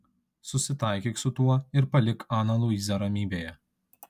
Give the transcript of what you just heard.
susitaikyk su tuo ir palik aną luizą ramybėje